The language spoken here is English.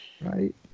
Right